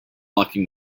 blocking